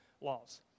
laws